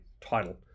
title